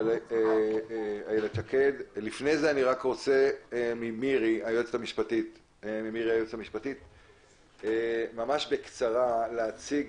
אני מבקש מהיועצת המשפטית לוועדה ממש בקצרה להציג